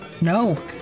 No